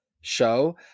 show